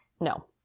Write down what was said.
no